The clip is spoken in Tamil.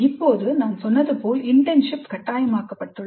இப்போது நான் சொன்னது போல் இன்டர்ன்ஷிப் கட்டாயமாக்கப்பட்டுள்ளது